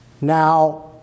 Now